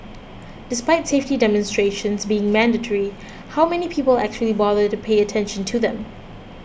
despite safety demonstrations being mandatory how many people actually bother to pay attention to them